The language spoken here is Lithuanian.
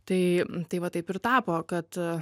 tai tai va taip ir tapo kad